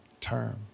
term